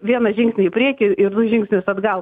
vieną žingsnį į priekį ir du žingsnius atgal